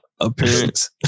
Appearance